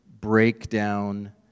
breakdown